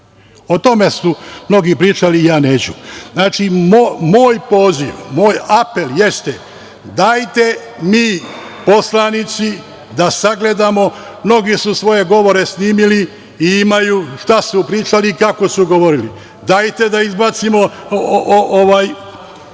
O tome su mnogi pričali, ja neću. Znači, moj poziv, moj apel jeste – dajte mi poslanici da sagledamo. Mnogo su svoje govore snimili i imaju šta su pričali i kako su govorili dajte da izbacimo neke